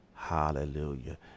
hallelujah